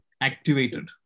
activated